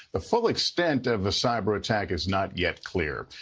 the full extent of the cyber attack is not yet clear.